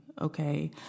okay